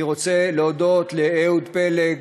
אני רוצה להודות לאהוד פלג,